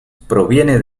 proviene